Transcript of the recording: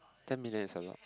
ten million is a lot